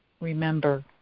remember